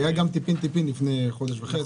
היה גם טיפין טיפין לפני חודש וחצי.